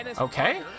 okay